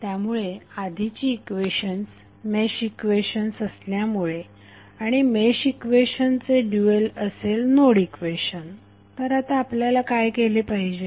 त्यामुळे आधीची equations mesh equations असल्यामुळे आणि मेश इक्वेशन्सचे ड्यूएल असेल नोड इक्वेशन तर आता आपल्याला काय केले पाहिजे